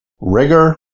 rigor